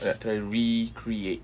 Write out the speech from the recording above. I nak try recreate